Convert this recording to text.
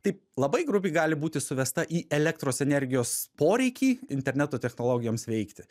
taip labai grubiai gali būti suvesta į elektros energijos poreikį interneto technologijoms veikti